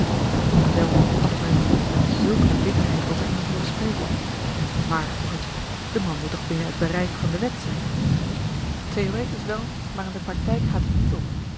zelden had ik mijn vriend met zulk een bitterheid over iemand hooren spreken maar vroeg ik de man moet toch binnen het bereik van de wet zijn illustratie charles augustus milverton theoretisch wel maar in de practijk gaat het niet op